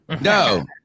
No